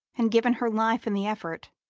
and given her life in the effort,